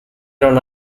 non